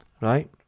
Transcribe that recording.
right